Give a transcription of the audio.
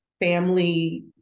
family